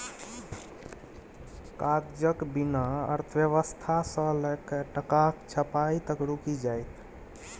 कागजक बिना अर्थव्यवस्था सँ लकए टकाक छपाई तक रुकि जाएत